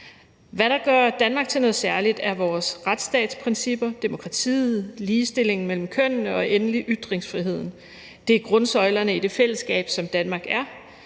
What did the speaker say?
Hvad der gør Danmark til noget særligt, er vores retsstatsprincipper, demokratiet, ligestillingen mellem kønnene og endelig ytringsfriheden. Det er grundsøjlerne i det fællesskab, som Danmark er.